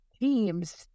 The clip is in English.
teams